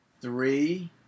three